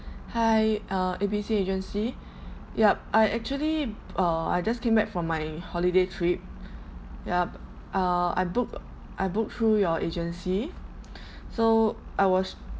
hi uh A B C agency yup I actually uh I just came back from my holiday trip yup uh I booked I booked through your agency so I was